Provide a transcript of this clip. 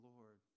Lord